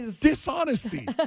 Dishonesty